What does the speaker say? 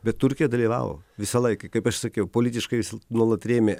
bet turkija dalyvavo visą laiką kaip aš sakiau politiškai jis nuolat rėmė